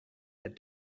that